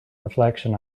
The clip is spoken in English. reflection